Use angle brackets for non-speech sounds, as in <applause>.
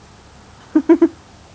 <laughs>